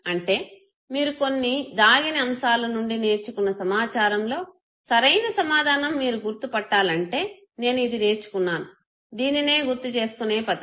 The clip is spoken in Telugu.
అంటే మీరు కొన్ని దాగిన అంశాల నుండి నేర్చుకున్న సమాచారం లో సరైన సమాధానం మీరు గుర్తు పట్టాలంటే నేను ఇది నేర్చుకున్నాను దీనినే గుర్తు చేసుకునే పద్ధతి